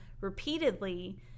repeatedly